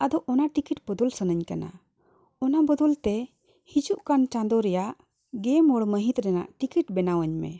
ᱟᱫᱚ ᱚᱱᱟ ᱴᱤᱠᱤᱴ ᱵᱚᱫᱚᱞ ᱥᱟᱱᱟᱧ ᱠᱟᱱᱟ ᱚᱱᱟ ᱵᱚᱫᱚᱞ ᱛᱮ ᱦᱤᱡᱩᱜ ᱠᱟᱱ ᱪᱟᱸᱫᱚ ᱨᱮᱭᱟᱜ ᱜᱮ ᱦᱚᱲ ᱢᱟᱹᱦᱤᱛ ᱨᱮᱱᱟᱜ ᱴᱤᱠᱤᱴ ᱵᱮᱱᱟᱣᱟᱹᱧ ᱢᱮ